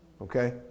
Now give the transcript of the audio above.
okay